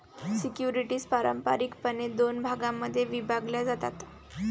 securities पारंपारिकपणे दोन भागांमध्ये विभागल्या जातात